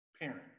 parent